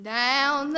down